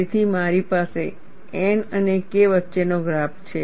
તેથી મારી પાસે N અને K વચ્ચેનો ગ્રાફ છે